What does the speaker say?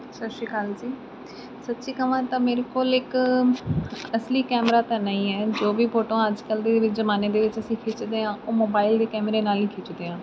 ਸਤਿ ਸ਼੍ਰੀ ਅਕਾਲ ਜੀ ਸੱਚੀ ਕਵਾਂ ਤਾਂ ਮੇਰੇ ਕੋਲ ਇੱਕ ਅਸਲੀ ਕੈਮਰਾ ਤਾਂ ਨਹੀਂ ਹੈ ਜੋ ਵੀ ਫੋਟੋਆਂ ਅੱਜ ਕੱਲ੍ਹ ਦੇ ਜ਼ਮਾਨੇ ਦੇ ਵਿੱਚ ਅਸੀਂ ਖਿੱਚਦੇ ਹਾਂ ਉਹ ਮੋਬਾਈਲ ਦੇ ਕੈਮਰੇ ਨਾਲ ਹੀ ਖਿੱਚਦੇ ਹਾਂ